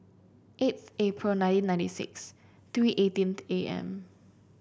eighth April nineteen ninety six three eighteenth A M